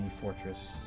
fortress